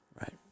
right